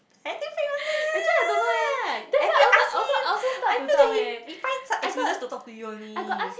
I think fake one lah have you asked him I feel that he find some excuses to talk to you only